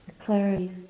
clarity